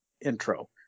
intro